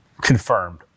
Confirmed